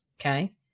okay